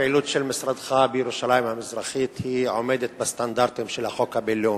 משרדך בירושלים המזרחית עומדת בסטנדרטים של החוק הבין-לאומי?